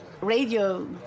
radio